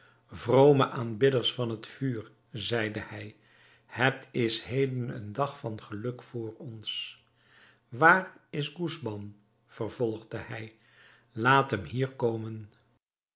vrome aanbidders van het vuur zeide hij het is heden een dag van geluk voor ons waar is gusban vervolgde hij laat hem hier komen